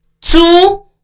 two